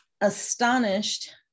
astonished